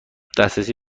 دسترسی